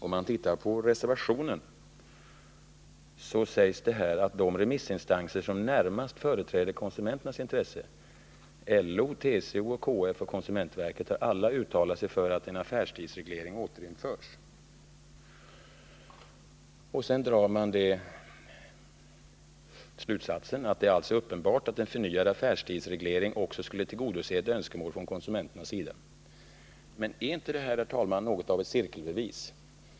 Om man tittar på reservationen framgår det av denna att ”de remissinstanser som närmast företräder konsumenternas intressen — LO, TCO och KF samt konsumentverket — alla har uttalat sig för att en affärstidsreglering återinförs”. Sedan drar man slutsatsen att det alltså är ”uppenbart att en förnyad affärstidsreglering också skulle tillgodose ett önskemål från konsumenternas sida”. Men, herr talman, är inte det något av ett cirkelbevis?